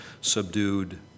subdued